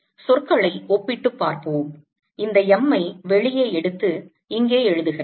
சொற்களை ஒப்பிட்டுப் பார்ப்போம் இந்த m ஐ வெளியே எடுத்து இங்கே எழுதுகிறேன்